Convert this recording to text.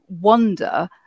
wonder